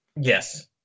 Yes